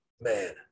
man